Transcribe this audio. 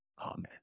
Amen